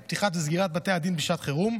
את פתיחת וסגירת בתי הדין בשעת חירום,